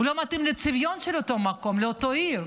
הוא לא מתאים לצביון של אותו מקום, לאותה עיר.